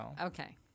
Okay